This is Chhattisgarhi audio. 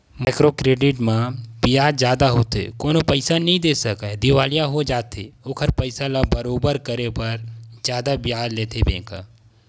माइक्रो क्रेडिट म बियाज जादा होथे कोनो पइसा नइ दे सकय दिवालिया हो जाथे ओखर पइसा ल बरोबर करे बर जादा बियाज लेथे बेंक ह